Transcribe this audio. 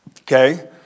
Okay